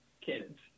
kids